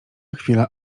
chwila